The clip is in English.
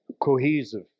cohesive